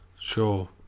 sure